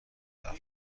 رفت